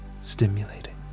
stimulating